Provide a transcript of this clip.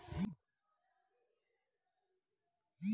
ಹತ್ತಿ ಬೆಳಿ ಬೆಳಿಯಾಕ್ ಎಷ್ಟ ದಿನ ಬೇಕ್?